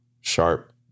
Sharp